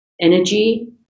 energy